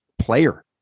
player